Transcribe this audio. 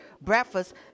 breakfast